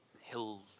hills